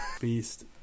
Beast